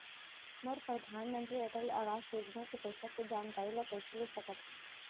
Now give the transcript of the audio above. मोर परधानमंतरी अटल आवास योजना के पइसा के जानकारी ल कइसे ले सकत हो?